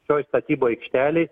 šioj statybų aikštelėj